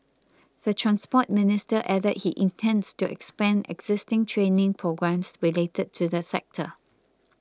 the Transport Minister added he intends to expand existing training programmes related to the sector